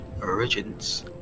Origins